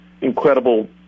incredible